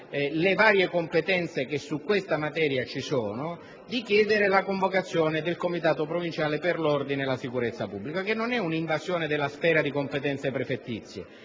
le varie competenze esistenti in questa materia, di chiedere la convocazione del comitato provinciale per l'ordine e la sicurezza pubblica, che non è un'invasione della sfera di competenza prefettizia